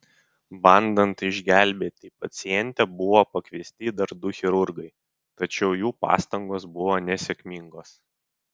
bandant išgelbėti pacientę buvo pakviesti dar du chirurgai tačiau jų pastangos buvo nesėkmingos